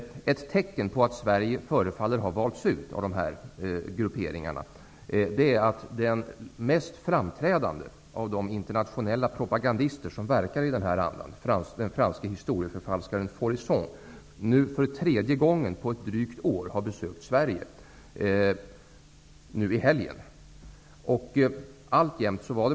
Ett tecken på att Sverige förefaller ha valts av dessa grupperingar är att den mest framträdande av de internationella propagandister som verkar i den här andan, den franske historieförfalskaren Faurisson, nu i helgen har besökt Sverige för tredje gången på drygt ett år.